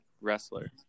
wrestler